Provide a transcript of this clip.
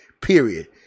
period